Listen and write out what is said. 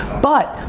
but,